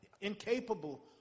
incapable